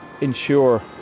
ensure